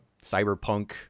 cyberpunk